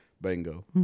Bingo